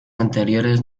anteriores